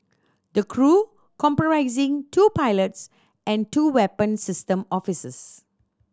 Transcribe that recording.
the crew comprising two pilots and two weapon system officers